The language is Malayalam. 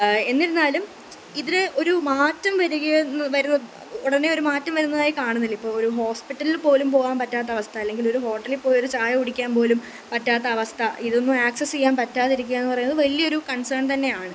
എന്നിരുന്നാലും ഇതിന് ഒരു മാറ്റം വരികയെന്ന് വരുന്ന ഉടനെ ഒരു മാറ്റം വരുന്നതായി കാണുന്നില്ല ഇപ്പോൾ ഒരു ഹോസ്പിറ്റലിൽപ്പോലും പോകാൻ പറ്റാത്ത അവസ്ഥ അല്ലെങ്കിലൊരു ഹോട്ടലിൽപ്പോയി ഒരു ചായ കുടിക്കാൻ പോലും പറ്റാത്ത അവസ്ഥ ഇതൊന്നും ആക്സസ് ചെയ്യാൻ പറ്റാതിരിക്കുക എന്ന് പറയുന്നത് വലിയൊരു കൺസേൺ തന്നെയാണ്